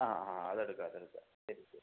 ആ ആ അത് എടുക്കാം അത് എടുക്കാം ശരി ശരി